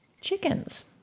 chickens